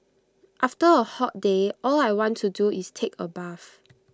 after A hot day all I want to do is take A bath